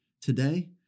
today